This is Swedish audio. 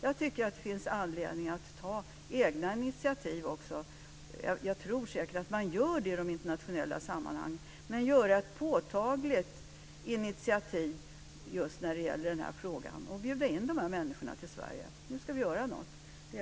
Jag tycker att det finns anledning att ta egna initiativ också. Jag tror säkert att man gör det i de internationella sammanhangen. Men jag tycker att man skulle göra ett påtagligt initiativ just när det gäller denna fråga och bjuda in dessa människor till Sverige och säga att man nu ska göra något.